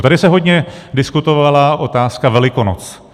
Tady se hodně diskutovala otázka Velikonoc.